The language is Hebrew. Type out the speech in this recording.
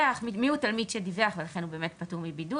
תלמיד שדיווח ולכן הוא באמת פטור מבידוד,